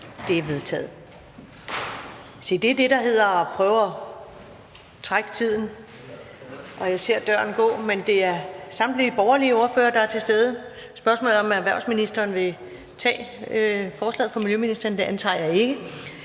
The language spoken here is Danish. Det er vedtaget. Se, det er det, der hedder at prøve at trække tiden, og jeg ser døren gå, men det er samtlige borgerlige ordførere, der er til stede. Spørgsmålet er, om erhvervsministeren vil tage forslaget for miljøministeren. Det antager jeg ikke.